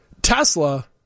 Tesla